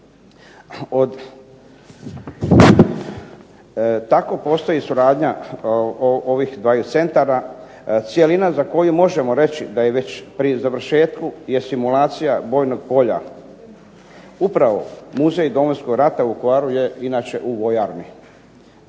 Tako postoji suradnja ovih dvaju centara. Cjelina za koju možemo reći da je već pri završetku je simulacija bojnog polja. Upravo muzej Domovinskog rata u Vukovaru je inače u vojarni.